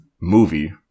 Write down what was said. movie